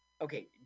Okay